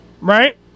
right